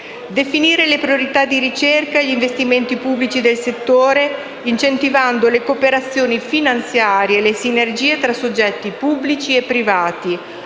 definire le priorità di ricerca e gli investimenti pubblici del settore, incentivando le cooperazioni finanziarie e le sinergie tra soggetti pubblici e privati,